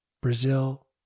Brazil